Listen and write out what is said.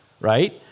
right